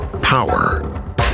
Power